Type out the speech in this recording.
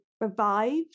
revived